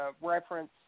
reference